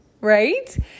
right